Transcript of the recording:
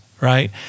right